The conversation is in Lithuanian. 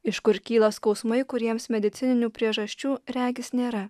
iš kur kyla skausmai kuriems medicininių priežasčių regis nėra